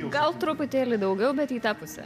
gal truputėlį daugiau bet į tą pusę